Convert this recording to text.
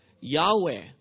Yahweh